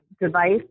device